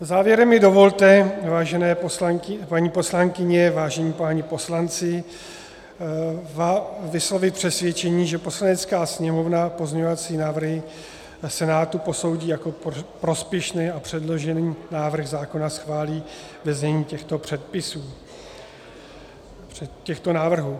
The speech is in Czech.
Závěrem mi dovolte, vážené paní poslankyně, vážení páni poslanci, vyslovit přesvědčení, že Poslanecká sněmovna pozměňovací návrhy Senátu posoudí jako prospěšné a předložený návrh zákona schválí ve znění těchto návrhů.